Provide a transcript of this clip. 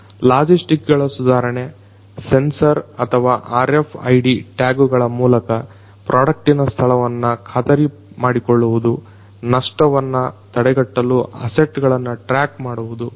ಲಾಜಿಸ್ಟಿಕ್ಗಳ ಸುಧಾರಣೆ ಸೆನ್ಸರ್ ಅಥವಾ RFID ಟ್ಯಾಗ್ಗಳ ಮೂಲಕ ಪ್ರಾಡಕ್ಟಿನ ಸ್ಥಳವನ್ನ ಖಾತರಿಮಾಡಿಕೊಳ್ಳುವುದು ನಷ್ಟವನ್ನ ತಡೆಗಟ್ಟಲು ಅಸೆಟ್ಗಳನ್ನ ಟ್ರ್ಯಾಕ್ ಮಾಡುವುದು